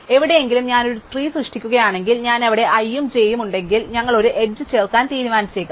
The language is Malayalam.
എവിടെയെങ്കിലും ഞാൻ ഒരു ട്രീ സൃഷ്ടിക്കുകയാണെങ്കിൽ ഞാൻ അവിടെ i ഉം j ഉം ഉണ്ടെങ്കിൽ ഞങ്ങൾ ഒരു എഡ്ജ് ചേർക്കാൻ തീരുമാനിച്ചേക്കാം